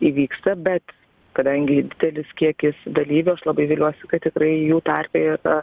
įvyksta bet kadangi didelis kiekis dalyvių aš labai viliuosi kad tikrai jų tarpe yra